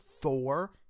Thor